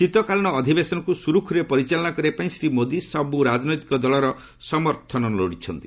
ଶୀତକାଳୀନ ଅଧିବେଶନକୁ ସୁରୁଖୁରୁରେ ପରିଚାଳନା କରିବା ପାଇଁ ଶ୍ରୀ ମୋଦି ସବୁ ରାଜନୈତିକ ଦଳର ସମର୍ଥନ ଲୋଡ଼ିଛନ୍ତି